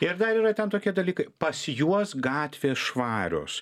ir dar yra ten tokie dalykai pas juos gatvės švarios